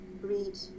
read